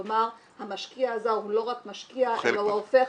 כלומר, המשקיע הזר הוא לא רק משקיע אלא הוא הופך